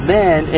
men